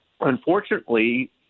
unfortunately